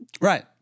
Right